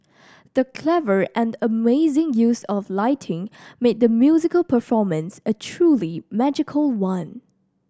the clever and amazing use of lighting made the musical performance a truly magical one